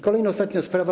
Kolejna, ostatnia sprawa.